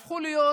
הפכו להיות